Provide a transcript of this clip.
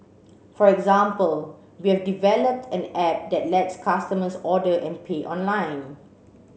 for example we have developed an app that lets customers order and pay online